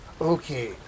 okay